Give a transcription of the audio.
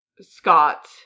Scott